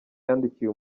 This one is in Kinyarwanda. yandikiye